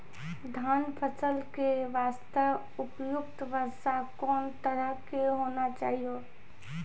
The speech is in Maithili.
धान फसल के बास्ते उपयुक्त वर्षा कोन तरह के होना चाहियो?